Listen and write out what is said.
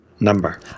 number